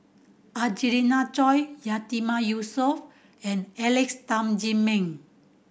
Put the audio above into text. Angelina Choy Yatiman Yusof and Alex Tam Ziming